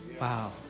Wow